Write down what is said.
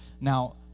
Now